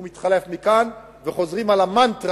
הוא מתחלף מכאן וחוזרים על המנטרה,